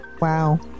Wow